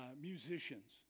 musicians